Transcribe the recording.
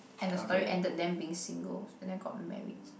and the story ended them being single so none of them got married